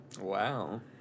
Wow